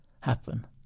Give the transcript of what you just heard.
happen